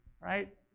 right